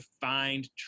find